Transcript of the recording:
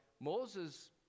Moses